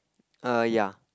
err yeah